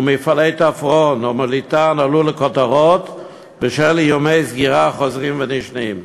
ומפעלי "תפרון" ו"מוליתן" עלו לכותרות בשל איומי סגירה חוזרים ונשנים.